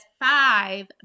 five